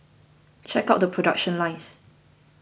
check out the production lines